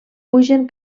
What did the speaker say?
pugen